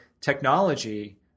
technology